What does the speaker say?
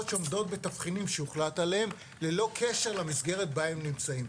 שעומדות בתבחינים שהוחלט עליהם ללא קשר למסגרת בה הם נמצאים,